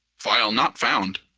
file not found